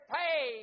pay